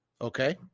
Okay